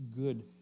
good